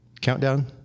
Countdown